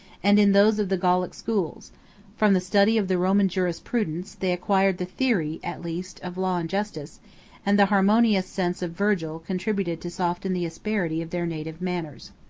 and in those of the gallic schools from the study of the roman jurisprudence, they acquired the theory, at least, of law and justice and the harmonious sense of virgil contributed to soften the asperity of their native manners.